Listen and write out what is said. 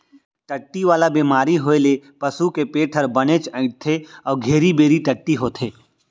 टट्टी वाला बेमारी होए ले पसू के पेट हर बनेच अइंठथे अउ घेरी बेरी टट्टी होथे